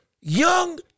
young